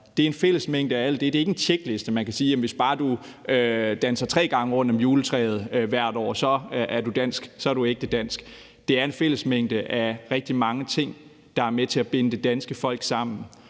Det er en fællesmængde af alt det. Det er ikke en tjekliste, hvor man kan sige, at hvis bare du danser tre gange rundt om juletræet hvert år, er du ægte dansk. Det er en fællesmængde af rigtig mange ting, der er med til at binde det danske folk sammen.